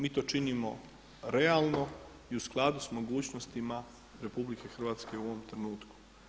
Mi to činimo realno i u skladu s mogućnostima RH u ovom trenutku.